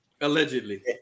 Allegedly